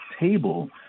table